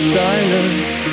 silence